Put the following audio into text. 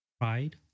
pride